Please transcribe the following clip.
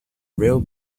real